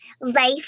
life